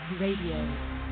Radio